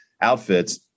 outfits